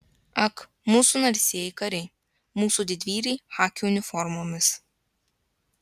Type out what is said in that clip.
ak mūsų narsieji kariai mūsų didvyriai chaki uniformomis